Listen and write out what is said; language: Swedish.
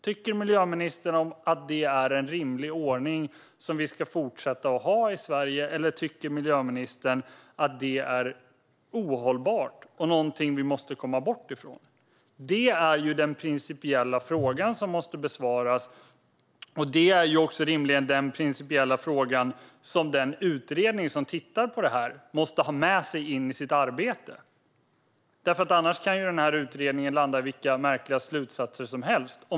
Tycker miljöministern att det är en rimlig ordning som vi ska fortsätta att ha i Sverige? Eller tycker miljöministern att det är ohållbart och något vi måste komma bort från? Det är den principiella fråga som måste besvaras, och det är rimligen också den principiella fråga som den utredning som tittar på detta måste ha med sig in i sitt arbete. Annars kan denna utredning landa i vilka märkliga slutsatser som helst.